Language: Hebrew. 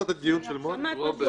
רוברט,